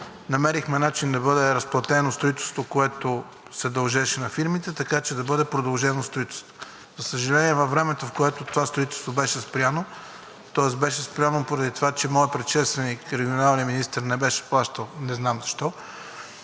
намерихме начин да бъде разплатено строителството, което се дължеше на фирмите, така че да бъде продължено строителството. За съжаление, във времето, което това строителство беше спряно, тоест беше спряно поради това, че моят предшественик, регионалният министър не беше плащал не знам защо,